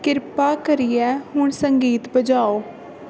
किरपा करियै हून संगीत बजाओ